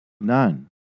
None